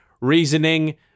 reasoning